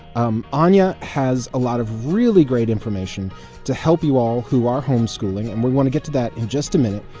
um anya has a lot of really great information to help you all who are homeschooling. and we want to get to that in just a minute.